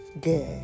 good